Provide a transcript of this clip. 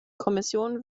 kommission